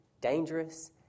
dangerous